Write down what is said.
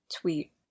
tweet